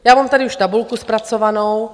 Já mám tady už tabulku zpracovanou.